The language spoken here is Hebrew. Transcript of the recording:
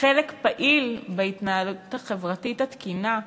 חלק פעיל בהתנהלות החברתית התקינה,